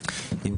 אושרה.